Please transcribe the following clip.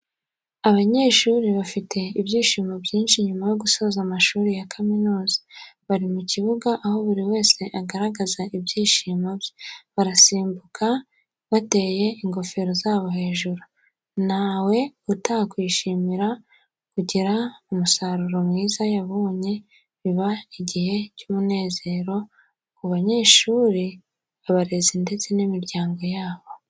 Abanyeshuri bafite ibyishimo byinshi nyuma yo gusoza amashuri ya kaminuza bari mu kibuga aho buri wese agaragaza ibyishimo bye, barasimbuka bateye ingofero zabo hejuru, ntawe utakwishimira kugira umusaruro mwiza yabonye biba ari igihe cy'umunezero ku banyeshuri, abarezi ndetse n'imiryango yabo.